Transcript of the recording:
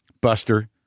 Buster